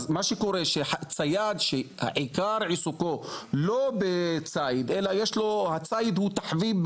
צייד שעיקר עיסוקו לא בציד אלא הציד הוא תחביב,